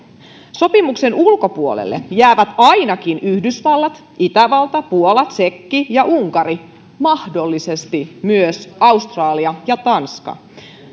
sopimuksen ulkopuolelle jäävät ainakin yhdysvallat itävalta puola tsekki ja unkari mahdollisesti myös australia ja tanska